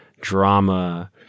drama